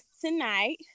tonight